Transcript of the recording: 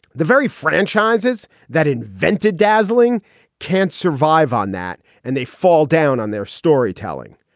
the very franchises that invented dazzling can't survive on that and they fall down on their storytelling.